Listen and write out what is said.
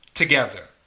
Together